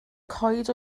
coed